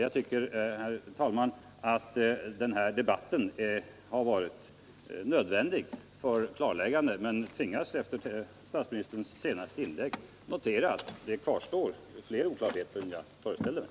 Jag tycker, herr talman, att den här debatten har varit nödvändig för ett klarläggande men tvingas efter statsministerns senaste inlägg notera att det kvarstår flera oklarheter än jag föreställde mig.